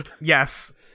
yes